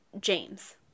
James